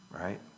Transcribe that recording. right